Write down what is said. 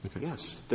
Yes